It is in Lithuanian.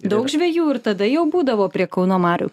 daug žvejų ir tada jau būdavo prie kauno marių